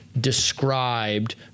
described